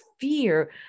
fear